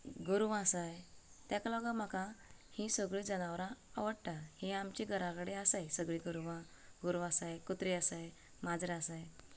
गोरवां आसाय तेका लागून म्हाका ही सगळीं जनावरां आवडटात हें आमचे घरा कडेन आसाय सगळीं गोरवां गोरवां आसाय कुत्रे आसाय माजरां आसाय